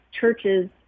churches